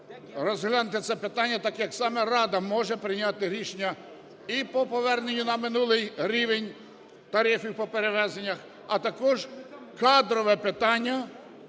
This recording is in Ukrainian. розглянути це питання так, як саме рада може прийняти рішення і по поверненню на минулий рівень тарифів по перевезеннях, а також кадрове питання